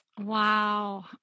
Wow